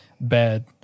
bad